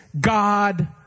God